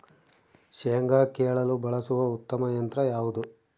ಶೇಂಗಾ ಕೇಳಲು ಬಳಸುವ ಉತ್ತಮ ಯಂತ್ರ ಯಾವುದು?